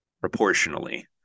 proportionally